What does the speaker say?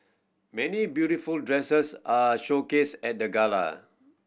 many beautiful dresses are showcased at the gala